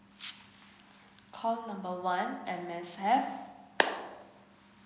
call number one M_S_F